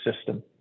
system